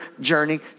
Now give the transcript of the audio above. journey